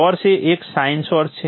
source એ એક sine source છે